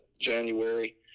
January